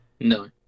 No